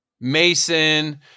Mason